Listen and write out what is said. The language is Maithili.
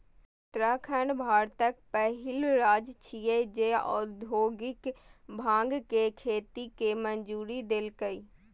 उत्तराखंड भारतक पहिल राज्य छियै, जे औद्योगिक भांग के खेती के मंजूरी देलकै